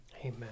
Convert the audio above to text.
Amen